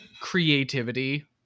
creativity